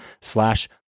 slash